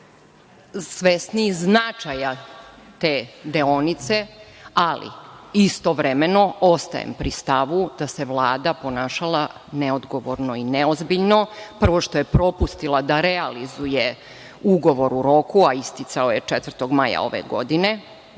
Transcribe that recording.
svesni značaja te deonice. Ali, istovremeno, ostajem pri stavu da se Vlada ponašala neodgovorno i neozbiljno, prvo, što je propustila da realizuje ugovor u roku, a isticao je 4. maja ove godine,